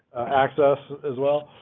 access as well?